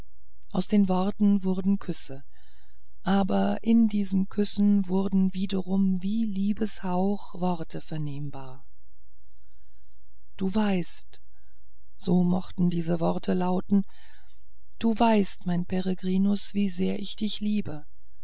aus den worten wurden küsse aber in diesen küssen wurden wiederum wie liebeshauch worte vernehmbar du weißt so mochten diese worte lauten du weißt mein peregrinus wie sehr ich dich liebe